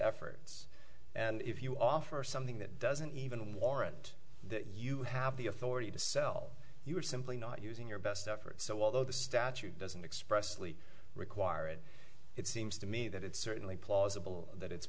efforts and if you offer something that doesn't even warrant you have the authority to sell you are simply not using your best efforts so although the statute doesn't express lee require it it seems to me that it's certainly plausible that it's